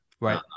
Right